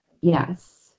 yes